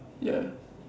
ya